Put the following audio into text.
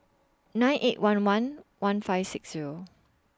nine eight one one one five six Zero